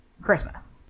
Christmas